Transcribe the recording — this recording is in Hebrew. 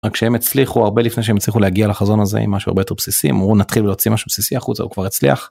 רק שהם הצליחו הרבה לפני שהם הצליחו להגיע לחזון הזה עם משהו יותר בסיסי הם אמרו נתחיל להוציא משהו בסיסי החוצה הוא כבר הצליח.